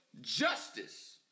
justice